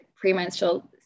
premenstrual